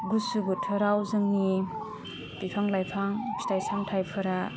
गुसु बोथोराव जोंनि बिफां लाइफां फिथाइ सामथाइफोरा